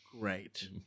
Great